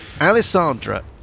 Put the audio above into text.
Alessandra